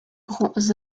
grands